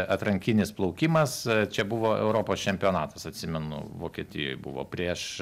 atrankinis plaukimas čia buvo europos čempionatas atsimenu vokietijoj buvo prieš